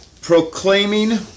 proclaiming